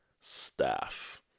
staff